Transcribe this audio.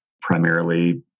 primarily